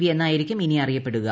V എന്നായിരിക്കും ഇനി അറിയപ്പെടുക